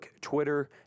Twitter